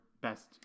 best